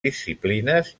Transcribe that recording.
disciplines